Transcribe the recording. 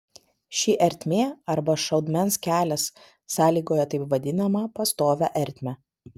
ši ertmė arba šaudmens kelias sąlygoja taip vadinamą pastovią ertmę